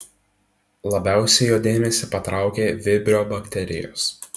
labiausiai jo dėmesį patraukė vibrio bakterijos